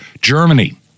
Germany